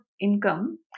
income